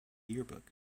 yearbook